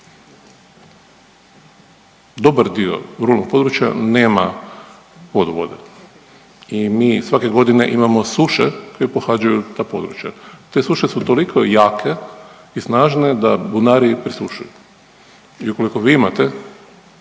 Dobar dio vodnog područja nema odvode i mi svake godine imamo suše koje pohađaju ta područja. Te suše su toliko jake i snažne da bunari presušuju i ukoliko vi imate,